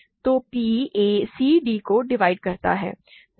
तो p a c d को divide करता है